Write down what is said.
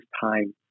time